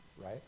right